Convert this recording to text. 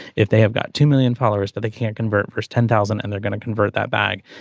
if they have got two million followers that they can't convert first ten thousand and they're going to convert that bag.